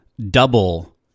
Double